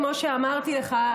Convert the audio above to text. כמו שאמרתי לך,